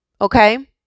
Okay